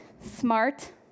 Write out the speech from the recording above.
smart